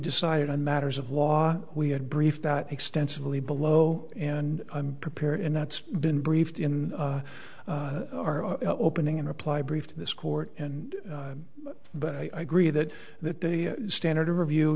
decided on matters of law we had brief that extensively below and i'm prepared and that's been briefed in our opening and apply brief to this court and but i gree that that the standard of review